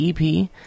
EP